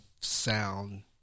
sound